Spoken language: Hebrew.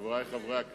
חברי חברי הכנסת,